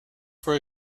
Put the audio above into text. for